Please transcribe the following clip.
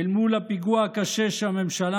אל מול הפיגוע הקשה שהממשלה